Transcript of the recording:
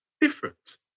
different